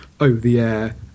over-the-air